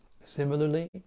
Similarly